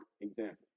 example